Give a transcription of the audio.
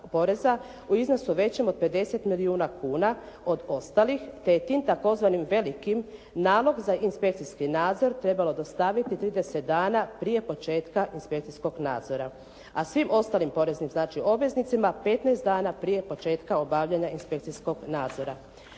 u iznosu većem od 50 milijuna kuna od ostalih te je tim tzv. velikim nalog za inspekcijski nadzor trebalo dostaviti 30 dana prije početka inspekcijskog nadzora. A svim ostalim poreznim obveznicima 15 dana prije početka obavljanja inspekcijskog nadzora.